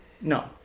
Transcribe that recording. No